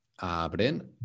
Abren